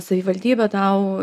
savivaldybė tau